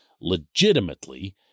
legitimately